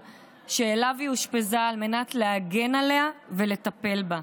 שבו היא אושפזה על מנת להגן עליה ולטפל בה.